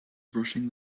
brushing